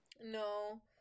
No